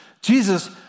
Jesus